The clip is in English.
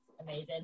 amazing